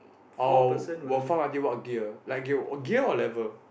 or will farm until what gear like gear gear or level